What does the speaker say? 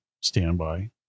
standby